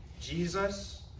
Jesus